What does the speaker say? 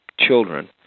children